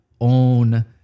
own